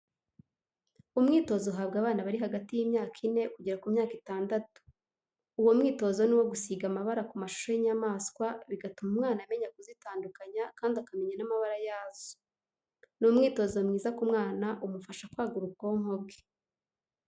Umwitozo uhabwa abana bari hagati y'imyaka ine kugera ku myaka itandatu, uwo mwitozi ni uwogusiga amabara ku mashusho y'inyamaswa, bigatuma umwana amenya kuzitandukanya kandi akamenya n'amabara yazo. ni umwitozo mwiza ku mwana umufasha kwagura ubwonko bwe.